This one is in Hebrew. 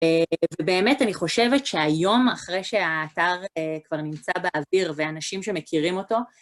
ובאמת אני חושבת שהיום אחרי שהאתר כבר נמצא באוויר ואנשים שמכירים אותו,